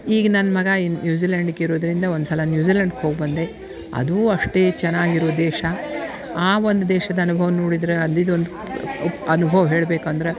ಈಗ ನನ್ನ ಮಗ ನ್ಯೂಜಿಲ್ಯಾಂಡ್ಕೆ ಇರೋದರಿಂದ ಒಂದ್ಸಲ ನ್ಯೂಜಿಲ್ಯಾಂಡ್ಕೆ ಹೋಗಿ ಬಂದೆ ಅದೂ ಅಷ್ಟೇ ಚೆನ್ನಾಗಿರೋ ದೇಶ ಆ ಒಂದು ದೇಶದ ಅನುಭವ ನೋಡಿದ್ರ ಅಲ್ಲಿದೊಂದು ಪ್ ಅನುಭವ ಹೇಳ್ಬೇಕಂದ್ರ